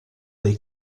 dei